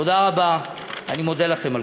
תודה רבה, אני מודה לכם.